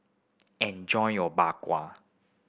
enjoy your Bak Kwa